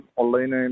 online